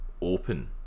open